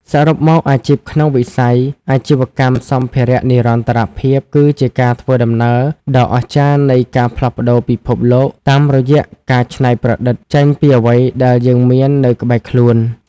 សរុបមក អាជីពក្នុងវិស័យ អាជីវកម្មសម្ភារៈនិរន្តរភាពគឺជាការធ្វើដំណើរដ៏អស្ចារ្យនៃការផ្លាស់ប្តូរពិភពលោកតាមរយៈការច្នៃប្រឌិតចេញពីអ្វីដែលយើងមាននៅក្បែរខ្លួន។